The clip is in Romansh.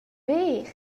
ver